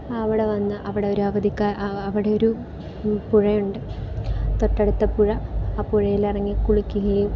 അവിടെ വന്ന് അവിടെ ഒരു അവധിക്കാ അവിടെ ഒരു പുഴയുണ്ട് തൊട്ടടുത്ത പുഴ ആ പുഴയിൽ ഇറങ്ങി കുളിക്കുകയും